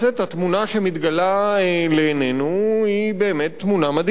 התמונה שמתגלה לעינינו היא באמת תמונה מדאיגה.